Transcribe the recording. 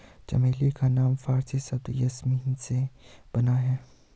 चमेली का नाम फारसी शब्द यासमीन से बना है